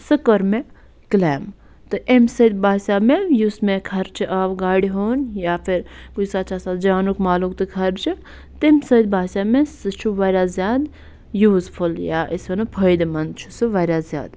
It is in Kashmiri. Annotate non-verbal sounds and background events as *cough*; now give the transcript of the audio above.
سُہ کٔر مےٚ کٕلیم تہٕ اَمہِ سۭتۍ باسیو مےٚ یُس مےٚ خرچہٕ آو گاڑِ ہُنٛد یا *unintelligible* کُنہِ ساتہٕ چھِ آسان جانُک مالُک تہٕ خدشہٕ تَمہِ سۭتۍ باسیو مےٚ سُہ چھُ واریاہ زیادٕ یوٗزفُل یا أسۍ وَنو فٲیدٕ منٛد چھُ سُہ واریاہ زیادٕ